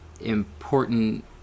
important